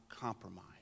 compromise